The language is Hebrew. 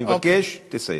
אני מבקש שתסיים,